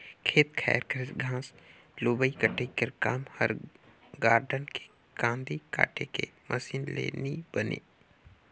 खेत खाएर कर घांस लुबई कटई कर काम हर गारडन के कांदी काटे के मसीन ले नी बने